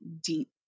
deep